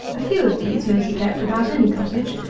a few of these may be kept about any cottage,